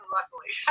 Luckily